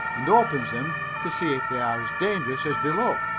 and opens them to see if they are as dangerous as they look.